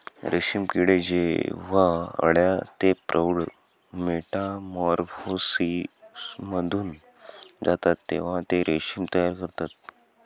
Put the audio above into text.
रेशीम किडे जेव्हा अळ्या ते प्रौढ मेटामॉर्फोसिसमधून जातात तेव्हा ते रेशीम तयार करतात